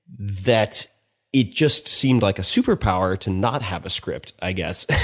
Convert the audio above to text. that it just seemed like a super power to not have a script, i guess.